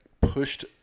pushed